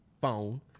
phone